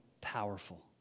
powerful